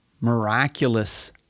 miraculous